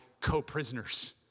co-prisoners